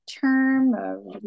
term